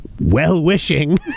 well-wishing